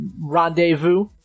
rendezvous